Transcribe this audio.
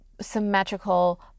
symmetrical